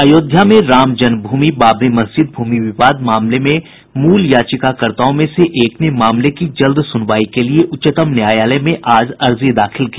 अयोध्या में रामजन्म भूमि बाबरी मस्जिद भूमि विवाद मामले के मूल याचिकाकर्ताओं में से एक ने मामले की जल्द सुनवाई के लिए उच्चतम न्यायालय में आज अर्जी दाखिल की